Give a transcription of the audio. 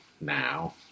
now